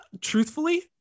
truthfully